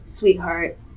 Sweetheart